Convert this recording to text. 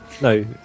No